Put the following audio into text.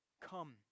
Come